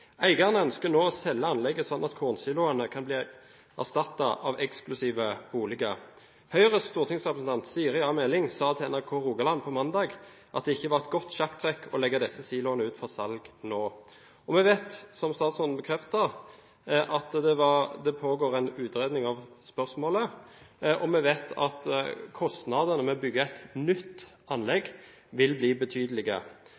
ønsker nå å selge anlegget, sånn at kornsiloene kan bli erstattet av eksklusive boliger. Høyres stortingsrepresentant Siri A. Meling sa til NRK Rogaland på mandag at det ikke var et godt sjakktrekk å legge disse siloene ut for salg nå. Vi vet, som statsråden bekreftet, at det pågår en utredning av spørsmålet, og vi vet at kostnadene med å bygge et nytt